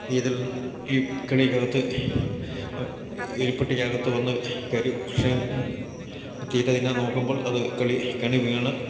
ഇതിൽ ഈ കെണിക്കകത്ത് എലിപ്പെട്ടിക്കകത്ത് വന്നു കയറി പക്ഷെയും തീറ്റ തിന്നാൻ നോക്കുമ്പോൾ അത് കളി കെണിവീണ്